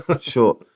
sure